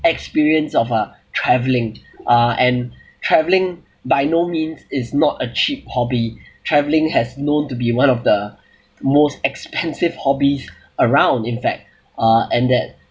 experience of uh travelling uh and travelling by no means is not a cheap hobby travelling has known to be one of the most expensive hobbies around in fact uh and that